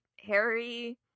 Harry